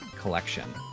collection